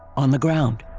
on the ground.